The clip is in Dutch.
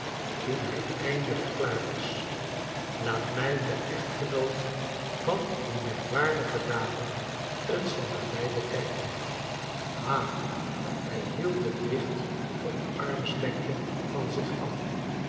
en hij eindelijk klaar was laat mij den echtgenoot van die merkwaardige dame eens van nabij bekijken ha hij hield het licht op armslengte van zich af